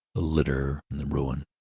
the litter and the ruin.